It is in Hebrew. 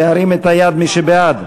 להרים את היד, מי שבעד.